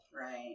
Right